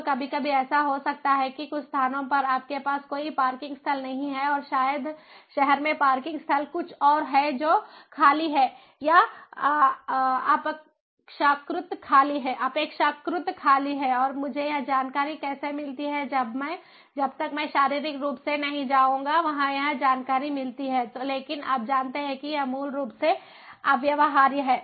तो कभी कभी ऐसा हो सकता है कि कुछ स्थानों पर आपके पास कोई पार्किंग स्थल नहीं है और शायद शहर में पार्किंग स्थल कुछ और हैं जो खाली हैं या अपेक्षाकृत खाली हैं और मुझे यह जानकारी कैसे मिलती है जब तक मैं शारीरिक रूप से नहीं जाऊंगा वहां यह जानकारी मिलती है लेकिन आप जानते हैं कि यह मूल रूप से अव्यवहार्य है